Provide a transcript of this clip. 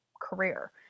career